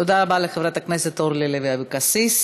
תודה רבה לחברת הכנסת אורלי לוי אבקסיס.